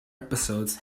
episodes